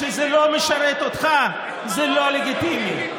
כשזה לא משרת אותך זה לא לגיטימי,